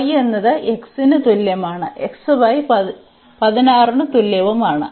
y എന്നത് x ന് തുല്യമാണ് xy 16 ന് തുല്യവുമാണ്